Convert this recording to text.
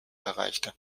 erreichte